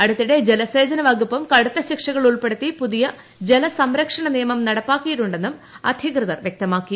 അടുത്തിടെ ജലസേചനവകുപ്പും കടുത്ത ശിക്ഷകൾ ഉൾപ്പെടുത്തി പുതിയ ജലസംരക്ഷണനിയമം നടപ്പാക്കിയിട്ടുണ്ടെന്നും അധികൃതർ വ്യക്തമാക്കി